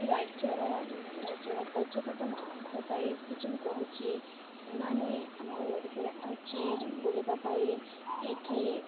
ରାଜ୍ୟର ରାଜ୍ୟର ପର୍ଯ୍ୟକଟମାନଙ୍କ ପାଇଁ କିଛି ମୁଁ କହୁଛି ସେମାନେ ଆମ ଏଇ ଓଡ଼ିଶାରେ ଆସୁଛି ବୁଲିବା ପାଇଁ ଏଇଠି